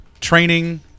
training